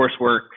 coursework